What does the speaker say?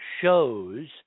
shows